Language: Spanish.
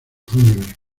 fúnebre